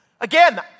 Again